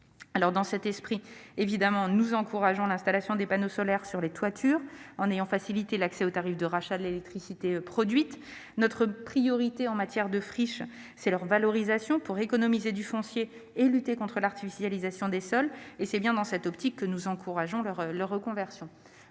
C'est dans cet esprit aussi que nous encourageons l'installation de panneaux solaires sur les toitures, en facilitant l'accès au tarif de rachat de l'électricité produite. Notre priorité en matière de friches est leur valorisation, qui permet d'économiser du foncier et de lutter contre l'artificialisation des sols. C'est dans cette optique que nous encourageons leur reconversion.